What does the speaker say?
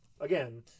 again